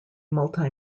multi